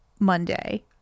Monday